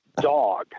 dog